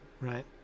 right